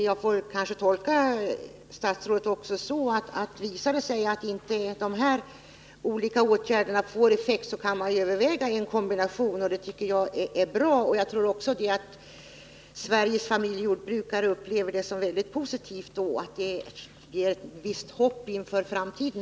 Jag får kanske också tolka statsrådet så att om det visar sig att de här olika åtgärderna inte får effekt, så kan man överväga att tillgripa en kombination. Det tycker jag är bra, och jag tror att också Sveriges familjejordbrukare upplever det som väldigt positivt och att det ger dem ett visst hopp inför framtiden.